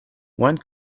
one